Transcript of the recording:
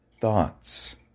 thoughts